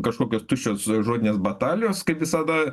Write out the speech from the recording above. kažkokios tuščios žodinės batalijos kaip visada